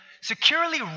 securely